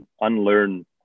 unlearn